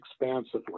expansively